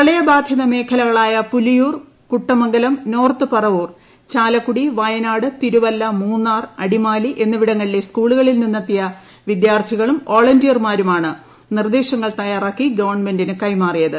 പ്രളയ ബാധിത മേഖലകളായ പുലിയൂർ കുട്ടമംഗലം നോർത്ത് പറവൂർ ചാലക്കുടി വയനാട് തിരുവല്ല മൂന്നാർ അടിമാലി എന്നിവിടങ്ങളിലെ സ്ക്കൂളുകളിൽ നിന്നെത്തിയ വിദ്യാർത്ഥികളും വോളന്റിയർമാരുമാണ് നിർദ്ദേശങ്ങൾ തയ്യാറാക്കി ഗവൺമെന്റിനു കൈമാറിയത്